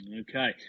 Okay